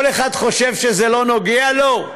כל אחד חושב שזה לא נוגע לו?